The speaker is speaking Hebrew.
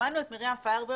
שמענו את מרים פיירברג